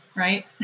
right